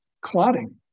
clotting